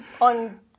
on